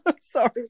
Sorry